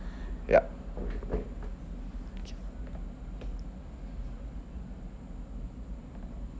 yup